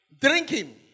Drinking